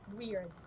weird